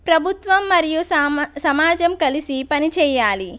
ప్రభుత్వం మరియు సమా సమాజం కలిసి పని చేయాలి